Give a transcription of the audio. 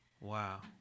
Wow